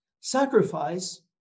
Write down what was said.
sacrifice